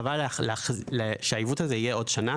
חבל שהעיוות הזה יהיה עוד שנה,